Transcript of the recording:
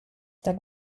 tak